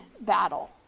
battle